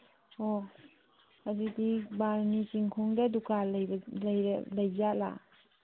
ꯑꯣ ꯑꯗꯨꯗꯤ ꯕꯥꯔꯨꯅꯤ ꯆꯤꯡꯈꯣꯡꯗ ꯗꯨꯀꯥꯟ ꯂꯩꯖꯥꯠꯂꯥ